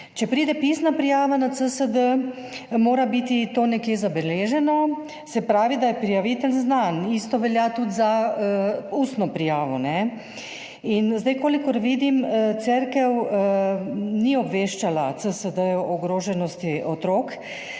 Če pride pisna prijava na CSD, mora biti to nekje zabeleženo. Se pravi, da je prijavitelj znan. Isto velja tudi za ustno prijavo. In zdaj, kolikor vidim, Cerkev ni obveščala CSD-jev o ogroženosti otrok.